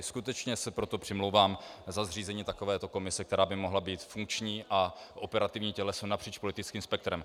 Skutečně se proto přimlouvám za zřízení takovéto komise, která by mohla být funkční a operativní těleso napříč politickým spektrem.